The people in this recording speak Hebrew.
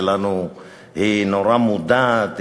שלנו היא נורא מודעת,